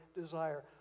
desire